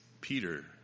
Peter